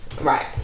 Right